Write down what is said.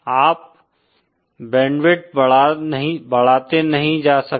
आप बैंडविड्थ बढ़ाते नहीं जा सकते